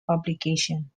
publication